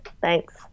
Thanks